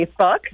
Facebook